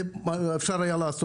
זה דבר שאפשר היה לעשות.